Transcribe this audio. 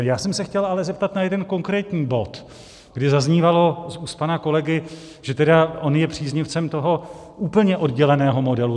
Já jsem se chtěl ale zeptat na jeden konkrétní bod, kdy zaznívalo z úst pana kolegy, že tedy on je příznivcem toho úplně odděleného modelu.